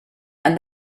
and